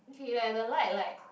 okay like the light like